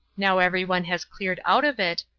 now everyone has cleared out of it,